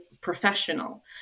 professional